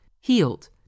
healed